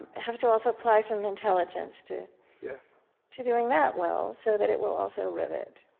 and have to also apply some intelligence to yeah to doing that well, so that it will also rivet.